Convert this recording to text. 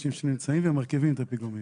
האנשים שנמצאים ומרכיבים את הפיגומים.